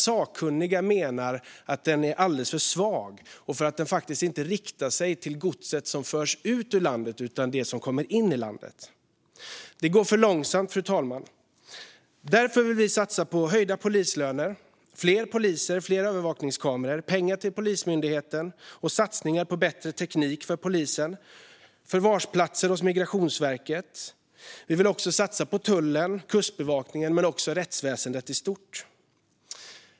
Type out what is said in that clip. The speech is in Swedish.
Sakkunniga menar att den är alldeles för svag och att den inte riktar in sig på godset som förs ut ur landet utan på det som kommer in i landet. Det går för långsamt, fru talman. Därför vill vi satsa på höjda polislöner, fler poliser, fler övervakningskameror, pengar till Polismyndigheten och satsningar på bättre teknik för polisen och förvarsplatser hos Migrationsverket. Vi vill även satsa på tullen och Kustbevakningen men också på rättsväsendet i stort.